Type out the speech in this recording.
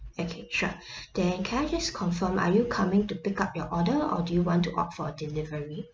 okay sure then can I just confirm are you coming to pick up your order or do you want to opt for delivery